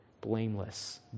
blameless